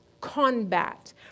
combat